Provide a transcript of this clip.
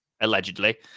allegedly